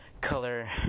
color